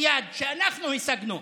שאנחנו השגנו,